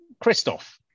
Christoph